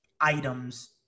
items